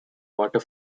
water